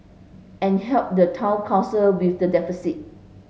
and help the town council with the deficit